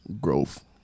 Growth